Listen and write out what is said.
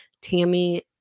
Tammy